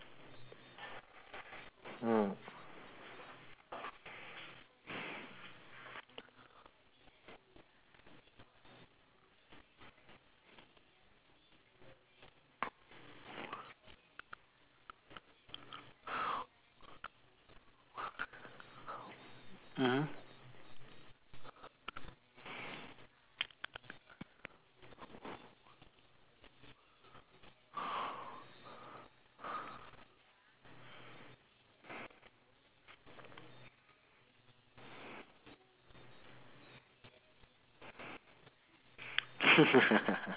mm mmhmm